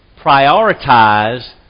prioritize